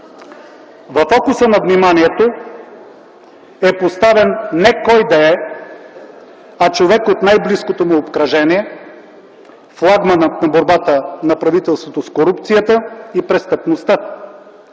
Във фокуса на вниманието е поставен не кой да е, а човек от най-близкото му обкръжение – флагманът на борбата на правителството с корупцията и престъпността,